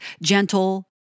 gentle